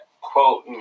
quote